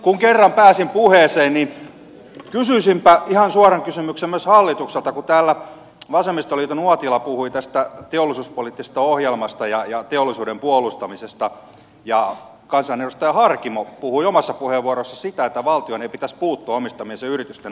kun kerran pääsin puheeseen niin kysyisinpä ihan suoran kysymyksen myös hallitukselta kun täällä vasemmistoliiton uotila puhui tästä teollisuuspoliittisesta ohjelmasta ja teollisuuden puolustamisesta ja kansanedustaja harkimo puhui omassa puheenvuorossa sitä että valtion ei pitäisi puuttua omistamiensa yritysten asioihin